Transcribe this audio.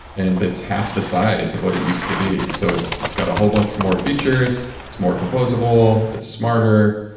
and it's half the size of what it used to be so it's it's got a whole bunch of more features, it's more composable, it's smarter.